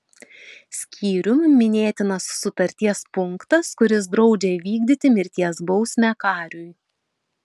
skyrium minėtinas sutarties punktas kuris draudžia vykdyti mirties bausmę kariui